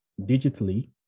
digitally